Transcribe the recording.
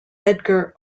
edgar